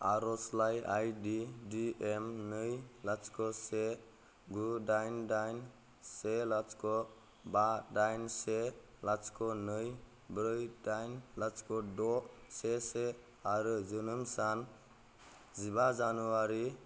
आरजलाइ आइ दि दि एम नै लाथिख' से गु दाइन दाइन से लाथिख' बा दाइन से लाथिख' नै ब्रै दाइन लाथिख' द' से से आरो जोनोम सान जिबा जानुवारि